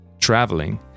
traveling